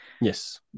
Yes